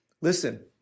Listen